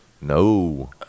No